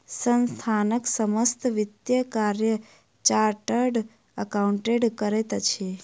संस्थानक समस्त वित्तीय कार्य चार्टर्ड अकाउंटेंट करैत अछि